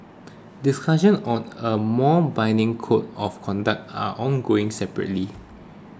discussions on a more binding code of conduct are ongoing separately